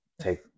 take